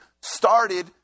started